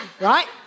right